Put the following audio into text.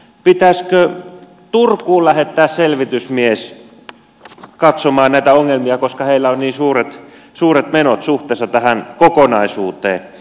pitäisikö turkuun lähettää selvitysmies katsomaan näitä ongelmia koska heillä on niin suuret menot suhteessa tähän kokonaisuuteen